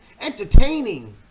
entertaining